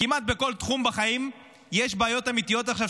כמעט בכל תחום בחיים יש בעיות אמיתיות עכשיו,